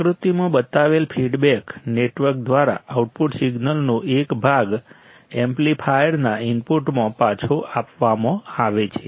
આકૃતિમાં બતાવેલ feedback network દ્વારા આઉટપુટ સિગ્નલનો એક ભાગ એમ્પ્લીફાયરના ઇનપુટમાં પાછો આપવામાં આવે છે